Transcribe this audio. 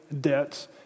debts